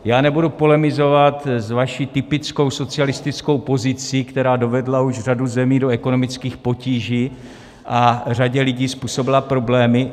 Já nebudu polemizovat s vaší typickou socialistickou pozicí, která dovedla už řadu zemí do ekonomických potíží a řadě lidí způsobila problémy.